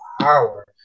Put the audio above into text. power